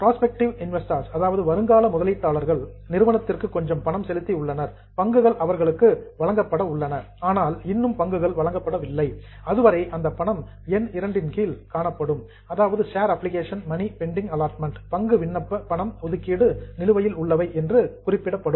prospective investors வருங்கால முதலீட்டாளர்கள் நிறுவனத்திற்கு கொஞ்சம் பணம் செலுத்தி உள்ளனர் பங்குகள் அவர்களுக்கு வழங்கப்பட உள்ளன ஆனால் இன்னும் வழங்கப்படவில்லை அதுவரை இந்த பணம் என் 2 இன் கீழ் காணப்படும் அதாவது share application money pending allotment பங்கு விண்ணப்ப பணம் ஒதுக்கீடு நிலுவையில் உள்ளவை என்று குறிப்பிடப்படும்